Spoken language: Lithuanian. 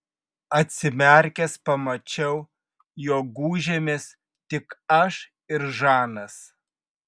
atsimerkęs pamačiau jog gūžėmės tik aš ir žanas